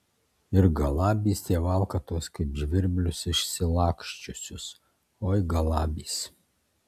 ir galabys tie valkatos kaip žvirblius išsilaksčiusius oi galabys